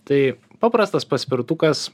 tai paprastas paspirtukas